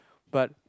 but